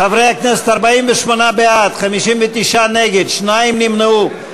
חברי הכנסת, 48 בעד, 59 נגד, שניים נמנעו.